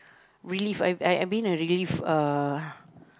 relief I I mean a relief uh